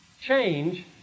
change